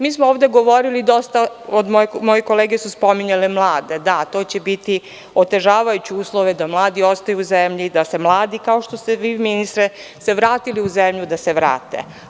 Mi smo ovde govorili, moje kolege su spominjale mlade, da, to će biti otežavajući uslovi da mladi ostanu u zemlji, da se mladi, kao što ste vi ministre, se vratili u zemlju, da se vrate.